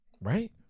right